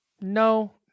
No